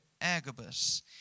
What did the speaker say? Agabus